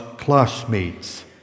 classmates